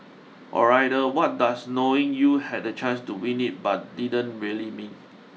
or rather what does knowing you had the chance to win it but didn't really mean